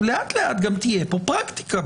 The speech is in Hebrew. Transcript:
לאט-לאט תהיה פה פרקטיקה.